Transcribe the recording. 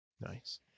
nice